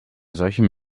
solchen